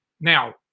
Now